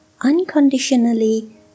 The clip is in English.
unconditionally